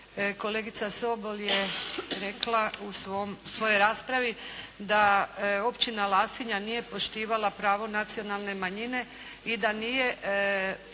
kolegica Sobol je rekla u svojoj raspravi da općina Lasinja nije poštivala pravo nacionalne manjine i da nije